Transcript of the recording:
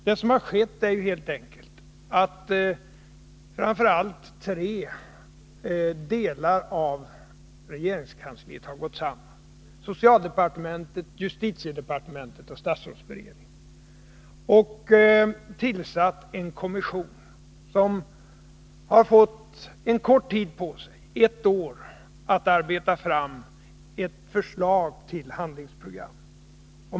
Det som har skett är helt enkelt att framför allt tre delar av regeringskansliet har gått samman — socialdepartementet, justitiedepartementet och statsrådsberedningen — och tillsatt en kommission som har fått kort tid på sig, ett år, att arbeta fram ett förslag till handlingsprogram.